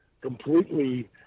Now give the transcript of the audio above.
completely